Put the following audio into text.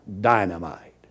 dynamite